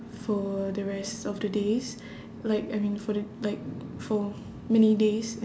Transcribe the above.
for the rest of the days like I mean for the like for many days